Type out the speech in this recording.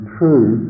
true